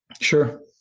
Sure